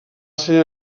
ser